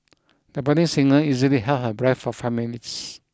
the budding singer easily held her breath for five minutes